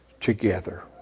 together